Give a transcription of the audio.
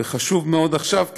וחשוב מאוד שעכשיו,